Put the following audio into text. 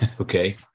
okay